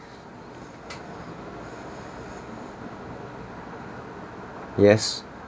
yes